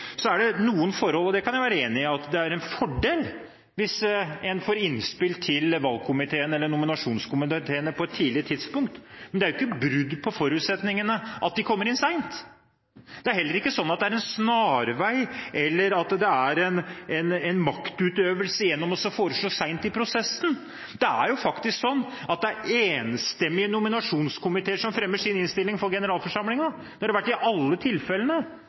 kan jeg være enig i at det kan være en fordel hvis en får innspill til valgkomiteene eller nominasjonskomiteene på et tidlig tidspunkt. Men det er jo ikke brudd på forutsetningene at de kommer inn sent. Det er heller ikke sånn at det er en snarvei, eller at det er en maktutøvelse å foreslå sent i prosessen. Det er faktisk sånn at det er enstemmige nominasjonskomiteer som fremmer sin innstilling for generalforsamlingen. Det har det vært i alle tilfellene.